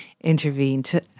intervened